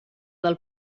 del